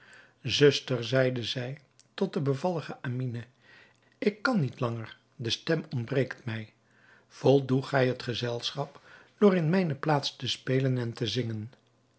zuster zeide zij tot de bevallige amine ik kan niet langer de stem ontbreekt mij voldoe gij het gezelschap door in mijne plaats te spelen en te zingen